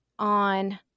On